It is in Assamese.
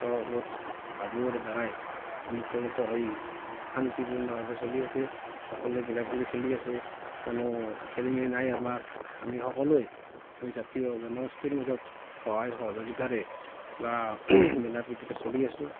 ভাতৃত্ববোধ ভাবৰ দ্বাৰাই অনুপ্ৰাণিত হৈ শান্তিপূৰ্ণভাৱে চলি আছে সকলোৱে মিলা প্ৰীতিত চলি আছে কোনো খেলি মেলি নাই আমাৰ আমি সকলোৱে আমি জাতি জনগোষ্ঠীৰ মাজত সহায় সহযোগীতাৰে বা মিলা প্ৰীতিৰে চলি আছোঁ